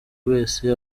wese